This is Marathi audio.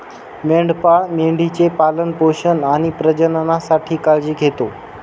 मेंढपाळ मेंढी चे पालन पोषण आणि प्रजननासाठी काळजी घेतो